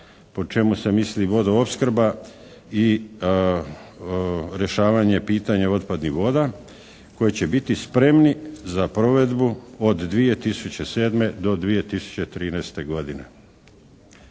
po čemu se misli vodoopskrba i rješavanje pitanja otpadnih voda koji će biti spremni za provedbu od 2007. do 2013. godine.